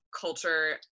culture